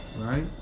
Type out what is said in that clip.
right